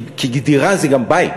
כי דירה זה גם בית.